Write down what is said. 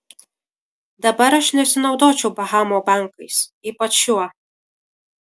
dabar aš nesinaudočiau bahamų bankais ypač šiuo